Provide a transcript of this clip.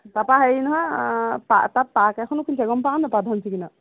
তাপা হেৰি নহয় অঁ পা তাত পাৰ্ক এখনো খুলিছে নহয় গম পাও নেপাও ধনশিৰি কিনাৰত